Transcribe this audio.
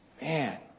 Man